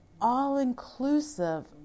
all-inclusive